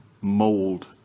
mold